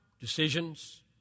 decisions